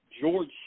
George